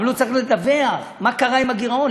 אבל הוא צריך לדווח מה קרה עם הגירעון,